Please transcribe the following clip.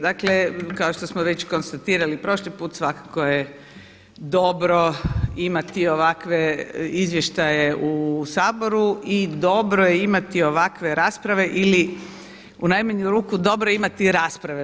Dakle, kao što smo već konstatirali prošli put svakako je dobro imati ovakve izvještaje u Saboru i dobro je imati ovakve rasprave ili u najmanju ruku dobro je imati raspravu.